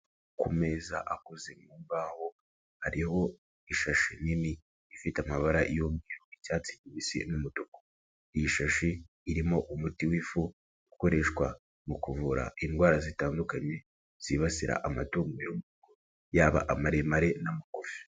Ku meza akoze mu mbaho, hariho ishashi nini, ifite amabara y' umweru, icyatsi kibisi n'umutuku, iyi shashi irimo umuti w'ifu, ukoreshwa mu kuvura indwara zitandukanye zibasira amatungo yo mu rugo, yaba amaremare n'amagufi.